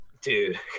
dude